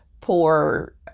poor